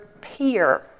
peer